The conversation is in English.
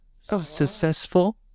successful